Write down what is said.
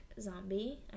zombie